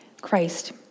Christ